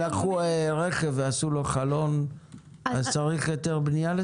אם לקחו רכב ועשו לו חלון צריך בשביל זה היתר בנייה?